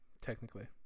technically